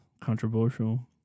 controversial